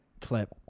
clip